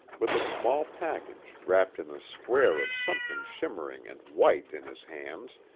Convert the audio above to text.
with a small package wrapped in a square of something shimmering and white in his hands,